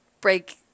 break